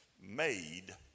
made